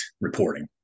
reporting